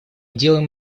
делаем